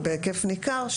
בהיקף ניכר,